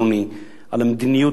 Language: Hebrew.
על המדיניות העקומה,